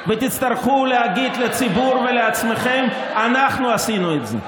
ותצטרכו להגיד לציבור ולעצמכם: אנחנו עשינו את זה,